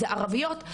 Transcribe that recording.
זה ערביות,